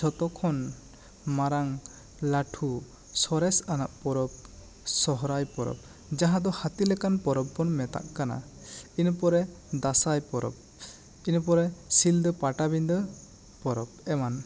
ᱡᱷᱚᱛᱚ ᱠᱷᱚᱱ ᱢᱟᱨᱟᱝ ᱞᱟᱹᱴᱷᱩ ᱥᱚᱨᱮᱥ ᱟᱱᱟᱜ ᱯᱚᱨᱚᱵᱽ ᱥᱚᱨᱦᱟᱭ ᱯᱚᱨᱚᱵᱽ ᱡᱟᱦᱟᱸ ᱫᱚ ᱦᱟᱹᱛᱤ ᱞᱮᱠᱟᱱ ᱯᱚᱨᱚᱵᱽ ᱵᱚᱱ ᱢᱮᱛᱟᱜ ᱠᱟᱱᱟ ᱤᱱᱟᱹ ᱯᱚᱨᱮ ᱫᱟᱥᱟᱸᱭ ᱯᱚᱨᱚᱵᱽ ᱤᱱᱟᱹ ᱯᱚᱨᱮ ᱥᱤᱞᱫᱟᱹ ᱯᱟᱴᱟᱵᱤᱸᱫᱟᱹ ᱯᱚᱨᱚᱵᱽ ᱮᱢᱟᱱ